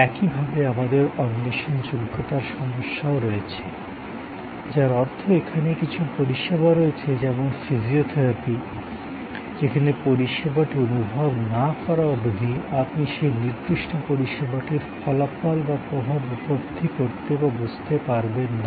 একইভাবে আমাদের অন্বেষণযোগ্যতার সমস্যা রয়েছে যার অর্থ এখানে কিছু পরিষেবা রয়েছে যেমন ফিজিওথেরাপি যেখানে পরিষেবাটি অনুভব না করা অবধি আপনি সেই নির্দিষ্ট পরিষেবাটির ফলাফল বা প্রভাব উপলব্ধি করতে বা বুঝতে পারবেন না